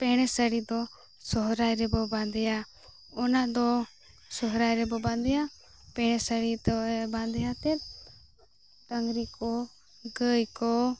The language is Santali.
ᱯᱮᱬᱮ ᱥᱟᱹᱲᱤᱫᱚ ᱥᱚᱦᱚᱨᱟᱭᱨᱮᱵᱚ ᱵᱟᱸᱫᱮᱭᱟ ᱚᱱᱟᱫᱚ ᱥᱚᱦᱚᱨᱟᱭᱨᱮᱵᱚ ᱵᱟᱸᱫᱮᱭᱟ ᱯᱮᱬᱮ ᱥᱟᱹᱲᱤᱫᱚ ᱵᱟᱸᱫᱮᱭᱟᱛᱮᱫ ᱰᱟᱹᱝᱨᱤᱠᱚ ᱜᱟᱹᱭᱠᱚ